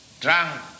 drunk